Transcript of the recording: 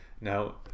Now